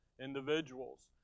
individuals